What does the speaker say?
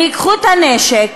הם ייקחו את הנשק,